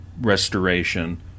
restoration